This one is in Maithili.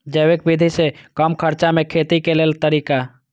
जैविक विधि से कम खर्चा में खेती के लेल तरीका?